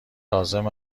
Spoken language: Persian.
لازم